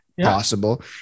Possible